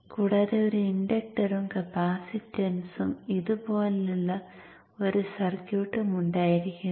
കൂടാതെ ഒരു ഇൻഡക്ടറും കപ്പാസിറ്റൻസും ഇതുപോലെയുള്ള ഒരു സർക്യൂട്ടും ഉണ്ടായിരിക്കുക